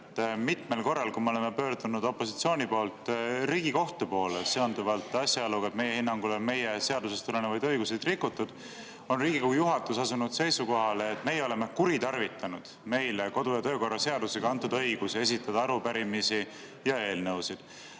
Mitmel korral, kui me, opositsioon, oleme pöördunud Riigikohtu poole seonduvalt asjaoluga, et meie hinnangul on meie seadusest tulenevaid õigusi rikutud, on Riigikogu juhatus asunud seisukohale, et meie oleme kuritarvitanud meile kodu- ja töökorra seadusega antud õigusi esitada arupärimisi ja eelnõusid.